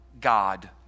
God